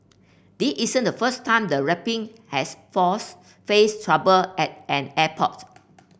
this isn't the first time the rapping has force faced trouble at an airport